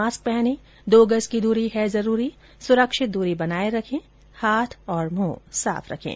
mask पहनें दो गज की दूरी है जरूरी सुरक्षित दूरी बनाए रखें हाथ और मुंह साफ रखें